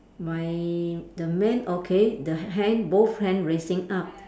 my the man okay the h~ hand both hand raising up